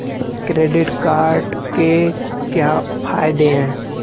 Credit card के क्या फायदे हैं?